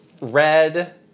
red